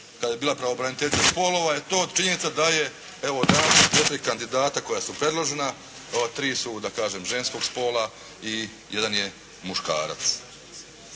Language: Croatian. kad je bila pravobraniteljica spolova je to, činjenica da je evo današnja četiri kandidata koja su predložena, 3 su, da kažem ženskog spola i jedan je muškarac.